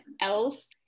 else